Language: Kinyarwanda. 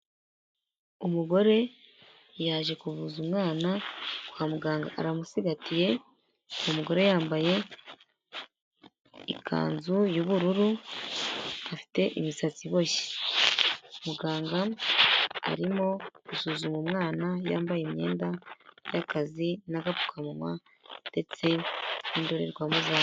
Umugore yaje kuvuza umwana kwa muganga aramusigatiye, umugore yambaye ikanzu y'ubururu, afite imisatsi iboshye. Muganga arimo gusuzuma umwana yambaye imyenda y'akazi n'agapfukanwa ndetse n'indorerwamo za..